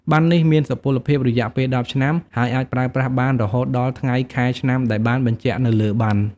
ប័ណ្ណនេះ មានសុពលភាពរយៈពេល ១០ ឆ្នាំ ហើយអាចប្រើប្រាស់បានរហូតដល់ថ្ងៃខែឆ្នាំដែលបានបញ្ជាក់នៅលើប័ណ្ណ។